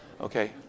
Okay